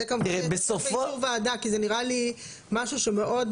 זה באישור ועדה, כי זה נראה לי משהו שמאוד